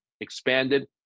expanded